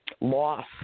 loss